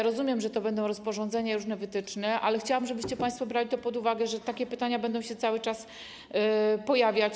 Rozumiem, że będą rozporządzenia, różne wytyczne, ale chciałabym, żebyście państwo brali pod uwagę to, że takie pytania będą się cały czas pojawiać.